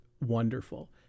wonderful